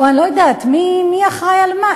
אני לא יודעת, מי אחראי למה?